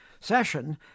session